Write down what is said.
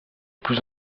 plus